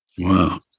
wow